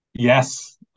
Yes